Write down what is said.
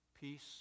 Peace